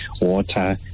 water